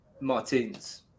Martins